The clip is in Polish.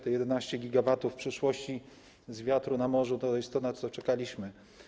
Te 11 GW w przyszłości z wiatru na morzu to jest to, na co czekaliśmy.